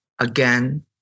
Again